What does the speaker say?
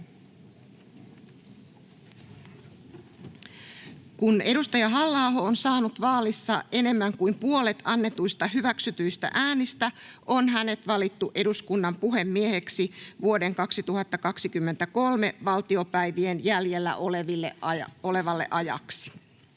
Kun edustaja Halla-aho on saanut vaalissa enemmän kuin puolet annetuista hyväksytyistä äänistä, on hänet valittu eduskunnan puhemieheksi vuoden 2023 valtiopäivien jäljellä olevaksi ajaksi.